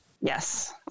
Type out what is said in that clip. Yes